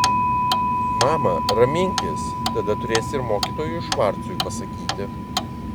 mama raminkis tada turėsi ir mokytojui švarcui pasakyti